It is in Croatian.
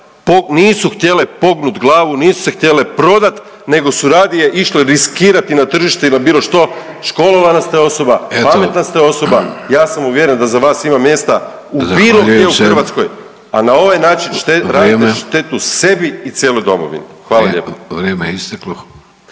nisu htjele pognut glavu, nisu se htjele prodat nego su radije išle riskirati na tržište ili na bilo što, školovana ste osoba, pametna ste osoba, ja sam uvjeren da za vas ima mjesta bilo gdje u Hrvatskoj …/Upadica Vidović: Zahvaljujem se./… a onaj način radite